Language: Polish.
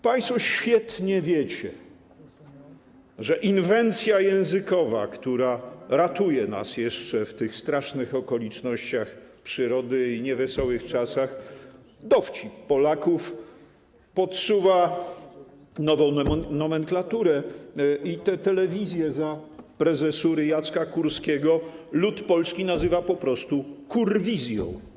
Państwo świetnie wiecie, że inwencja językowa, która ratuje nas jeszcze w tych strasznych okolicznościach przyrody i niewesołych czasach, dowcip Polaków podsuwa nową nomenklaturę i tę telewizję za prezesury Jacka Kurskiego lud polski nazywa po prostu kurwizją.